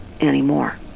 anymore